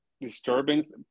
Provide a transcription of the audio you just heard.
disturbance